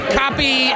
copy